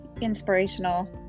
inspirational